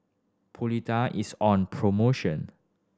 polida is on promotion